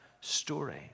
story